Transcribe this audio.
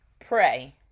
pray